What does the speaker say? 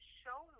show